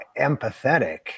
empathetic